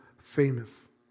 famous